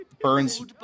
Burns